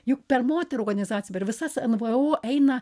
juk per moterų organizac per visas nvo eina